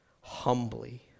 humbly